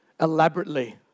elaborately